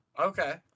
Okay